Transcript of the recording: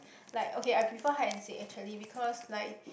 like okay I prefer hide and seek actually because like